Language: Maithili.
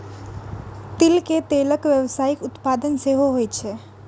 तिल के तेलक व्यावसायिक उत्पादन सेहो होइ छै